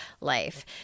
life